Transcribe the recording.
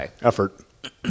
effort